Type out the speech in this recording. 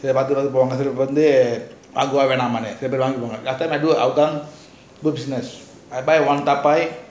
பாத்து பாத்து போவாங்க சில பெரு வந்து வாங்கவா வேணாமான்னு சில பெரு வாங்கிட்டு போவாங்க:paathu paathu povanga silla peru vanthu vangava venamanu silla peru vangitu povanga then after I do I will I buy one dabai